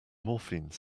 morphine